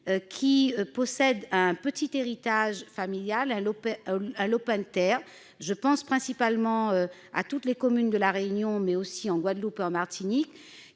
possèdent un petit héritage familial, un lopin de terre. Je pense principalement à toutes les communes de La Réunion, mais aussi de Guadeloupe et de Martinique,